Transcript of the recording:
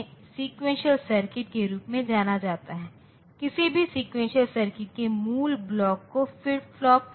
इसलिए आप इसे समाधान के रूप में नहीं ले सकते